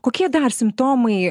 kokie dar simptomai